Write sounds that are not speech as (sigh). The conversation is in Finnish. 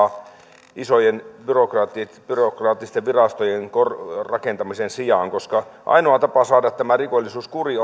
sitä määrärahaa isojen byrokraattisten byrokraattisten virastojen rakentamisen sijaan koska ainoa tapa saada tämä rikollisuus kuriin (unintelligible)